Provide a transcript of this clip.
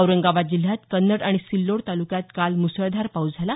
औरंगाबाद जिल्ह्यात कन्नड आणि सिल्लोड तालुक्यात काल मुसळधार पाऊस झाला